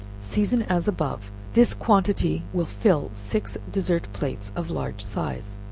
season as above. this quantity will fill six dessert plates of large size.